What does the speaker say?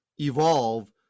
evolve